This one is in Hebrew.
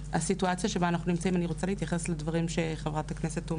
אני רוצה להתייחס לדברים האחרונים שאמרה חברת הכנסת תומא